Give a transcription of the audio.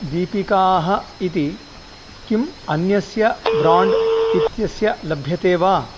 दीपिकाः इति किम् अन्यस्य ब्राण्ड् इत्यस्य लभ्यते वा